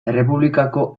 errepublikako